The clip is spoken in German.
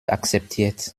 akzeptiert